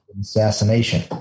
assassination